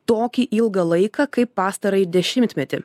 tokį ilgą laiką kaip pastarąjį dešimtmetį